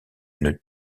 une